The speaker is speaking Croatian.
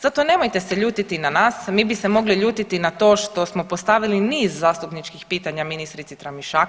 Zato nemojte se ljutiti na nas, mi bi se mogli ljutiti na to što smo postavili niz zastupničkih pitanja ministrici Tramišak.